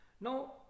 Now